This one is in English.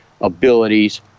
abilities